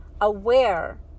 aware